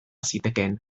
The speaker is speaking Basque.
zitekeen